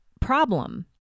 problem